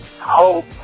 hope